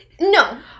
No